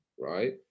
right